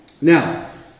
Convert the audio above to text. Now